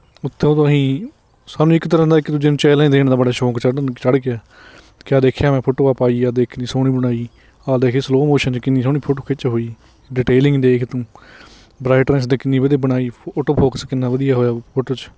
ਉੱਥੇ ਤੋਂ ਹੀ ਸਾਨੂੰ ਇੱਕ ਤਰ੍ਹਾਂ ਦਾ ਇੱਕ ਦੂਜੇ ਨੂੰ ਚੈਲੰਜ ਦੇਣ ਦਾ ਬੜਾ ਸ਼ੌਂਕ ਚਡ ਚੜ੍ਹ ਗਿਆ ਕਿਆ ਦੇਖਿਆ ਮੈਂ ਫੋਟੋ ਪਾਈ ਜਦੋਂ ਦੇ ਕਿੰਨੀ ਸੋਹਣੀ ਬਣਾਈ ਆਹ ਦੇਖ ਸਲੋਅ ਮੋਸ਼ਨ 'ਚ ਕਿੰਨੀ ਸੋਹਣੀ ਫੋਟੋ ਖਿੱਚ ਹੋਈ ਡਿਟੇਲਿੰਗ ਦੇਖ ਤੂੰ ਬਰਾਈਟਨੈੱਸ ਦੇਖ ਕਿੰਨੀ ਵਧੀਆ ਬਣਾਈ ਫੋਟੋ ਫੋਕਸ ਕਿੰਨਾ ਵਧੀਆ ਹੋਇਆ ਫੋਟੋ 'ਚ